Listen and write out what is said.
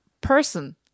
person